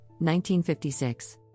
1956